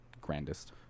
grandest